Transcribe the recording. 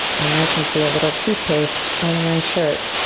and i can see a little toothpaste on my shirt.